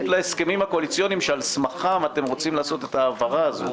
להסכמים שבהתבסס עליהם אתם מעוניינים לבצע את ההעברה הזו,